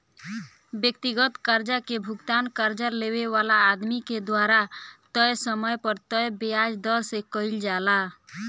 व्यक्तिगत कर्जा के भुगतान कर्जा लेवे वाला आदमी के द्वारा तय समय पर तय ब्याज दर से कईल जाला